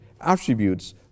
attributes